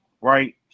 right